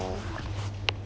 uh